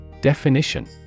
Definition